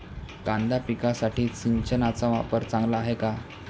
कांदा पिकासाठी सिंचनाचा वापर चांगला आहे का?